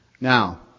Now